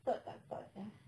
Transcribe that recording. sot tak sot sia